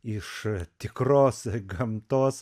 iš tikros gamtos